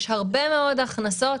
יש הרבה מאוד הכנסות